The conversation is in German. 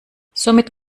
somit